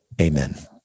Amen